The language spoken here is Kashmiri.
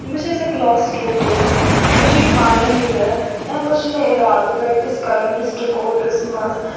بہٕ چھس اکھ لا سِٹوڈنٹ مےٚ چھُ یہِ فایَنَل یِیَر امہِ پَتہٕ چھُ مےٚ اِرادٕ پریکٹِس کَرُن ڈسٹرک کوٹس منٛز ییٚمہِ